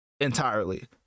entirely